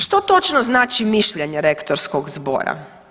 Što točno znači mišljenje Rektorskog zbora?